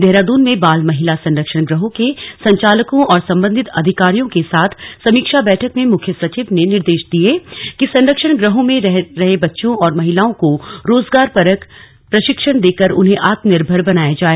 देहरादून में बाल महिला संरक्षण गृहों के संचालकों और संबंधित अधिकारियों के साथ समीक्षा बैठक में मुख्य सचिव ने निर्देश दिये कि संरक्षण गृहों में रह रहे बच्चों और महिलाओं को रोजगारपरक प्रशिक्षण देकर उन्हें आत्म निर्भर बनाया जाय